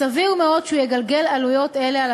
סביר מאוד שהוא יגלגל עלויות אלה על